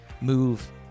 move